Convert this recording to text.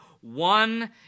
one